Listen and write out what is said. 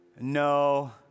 No